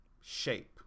shape